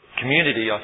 community